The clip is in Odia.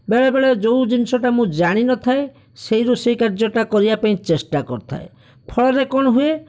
ବେଳେ ବେଳେ ଯେଉଁ ଜିନିଷଟା ମୁଁ ଜାଣି ନଥାଏ ସେଇ ରୋଷେଇ କାର୍ଯ୍ୟଟା କରିବା ପାଇଁ ଚେଷ୍ଟା କରିଥାଏ ଫଳରେ କଣ ହୁଏ